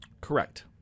Correct